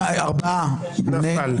הצבעה לא אושרה נפל.